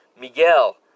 Miguel